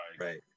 Right